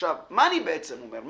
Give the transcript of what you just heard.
מה אני בעצם אומר?